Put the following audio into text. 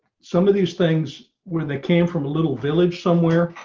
some of these things where they came from a little village somewhere.